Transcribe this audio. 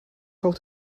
out